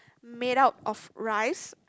made out of rice